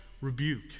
rebuke